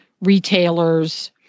retailers